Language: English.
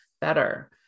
better